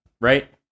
Right